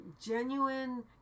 genuine